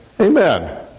Amen